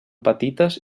petites